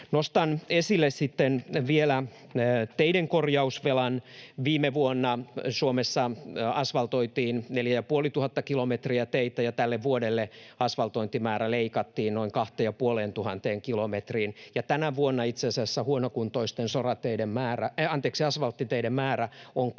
Nostan vielä esille teiden korjausvelan. Viime vuonna Suomessa asvaltoitiin neljä‑ ja puolituhatta kilometriä teitä, ja tälle vuodelle asvaltointimäärä leikattiin noin kahteen‑ ja puoleentuhanteen kilometriin. Tänä vuonna itse asiassa huonokuntoisten asvalttiteiden määrä on kasvanut